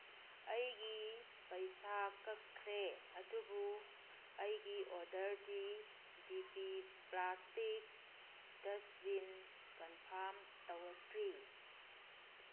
ꯑꯩꯒꯤ ꯄꯩꯁꯥ ꯀꯛꯈ꯭ꯔꯦ ꯑꯗꯨꯕꯨ ꯑꯩꯒꯤ ꯑꯣꯗꯔꯗꯤ ꯗꯤ ꯄꯤ ꯄ꯭ꯂꯥꯁꯇꯤꯛ ꯗꯁꯕꯤꯟ ꯀꯟꯐꯥꯝ ꯇꯧꯔꯛꯇ꯭ꯔꯤ